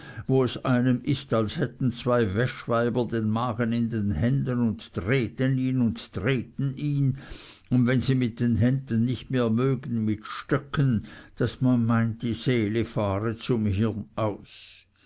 wo es einem ist als hätten zwei wäschweiber den magen in den händen und drehten ihn und drehten ihn und wenn sie mit den händen nicht mehr mögen mit stöcken daß man meint die seele fahre zum hirn aus